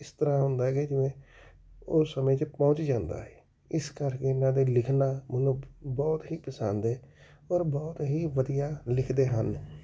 ਇਸ ਤਰ੍ਹਾਂ ਹੁੰਦਾ ਹੈ ਕਿ ਜਿਵੇਂ ਉਹ ਸਮੇਂ 'ਚ ਪਹੁੰਚ ਜਾਂਦਾ ਹੈ ਇਸ ਕਰਕੇ ਉਹਨਾਂ ਦਾ ਲਿਖਣਾ ਮੈਨੂੰ ਬਹੁਤ ਹੀ ਪਸੰਦ ਹੈ ਔਰ ਬਹੁਤ ਹੀ ਵਧੀਆ ਲਿਖਦੇ ਹਨ